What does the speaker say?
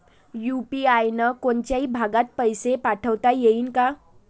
UPI न कोनच्याही भागात पैसे पाठवता येईन का?